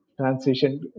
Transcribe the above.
transition